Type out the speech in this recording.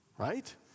right